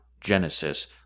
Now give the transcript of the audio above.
Genesis